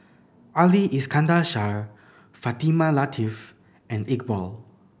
Ali Iskandar Shah Fatimah Lateef and Iqbal